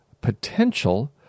potential